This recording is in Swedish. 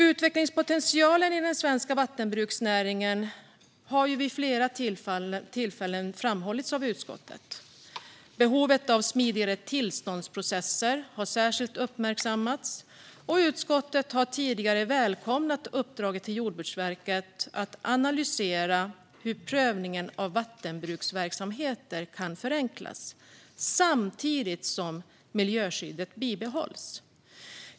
Utvecklingspotentialen i den svenska vattenbruksnäringen har vid flera tillfällen framhållits av utskottet. Behovet av smidigare tillståndsprocesser har särskilt uppmärksammats. Och utskottet har tidigare välkomnat uppdraget till Jordbruksverket att analysera hur prövningen av vattenbruksverksamheter kan förenklas samtidigt som miljöskyddet bibehålls.